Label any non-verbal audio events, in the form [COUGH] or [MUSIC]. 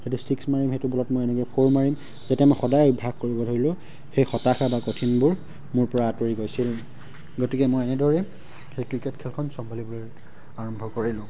[UNINTELLIGIBLE] six মাৰিম সেইটো বলত মই এনেকে ফ'ৰ মাৰিম যেতিয়া মই সদায় অভ্যাস কৰিব ধৰিলোঁ সেই হতাশা বা কঠিনবোৰ মোৰ পৰা আঁতৰি গৈছিল গতিকে মই এনেদৰেই সেই ক্ৰিকেট খেলখন চম্ভালিবলৈ আৰম্ভ কৰিলোঁ